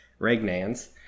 regnans